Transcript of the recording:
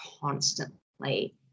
constantly